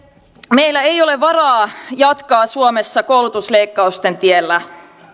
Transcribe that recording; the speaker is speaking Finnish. meillä ei ole varaa jatkaa suomessa koulutusleikkausten tiellä